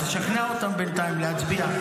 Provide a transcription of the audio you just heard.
אתה תשכנע אותם בינתיים להצביע.